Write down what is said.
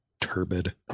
turbid